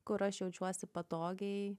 kur aš jaučiuosi patogiai